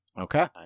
Okay